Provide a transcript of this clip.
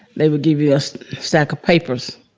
they would give you a so stack of papers